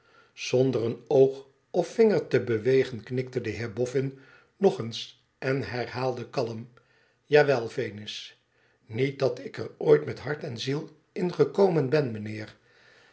zonder een oog of vinger te bewegen knikte de heer bofün nog eens en herhaalde kalm ja wel venus niet dat ik er ooit met hart en ziel in gekomen ben mijnheer